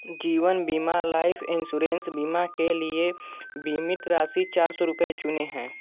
जीवन बीमा life insurance बीमा के लिए बीमित राशि चार सौ रुपये चुने हैं